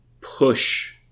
push